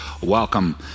welcome